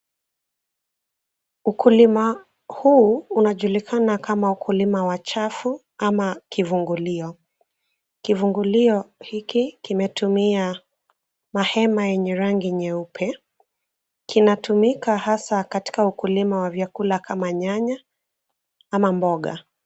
Ukulima huu unajulikana kama ukulima wa chafu ama kivungulio. Kivungulio hiki kimetumia mahema yenge rangi nyeupe ,kinatumika hasa katika ukulima wa vyakula kama nyanya, ama mboga.